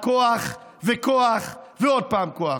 רק כוח וכוח ועוד פעם כוח.